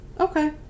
okay